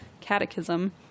catechism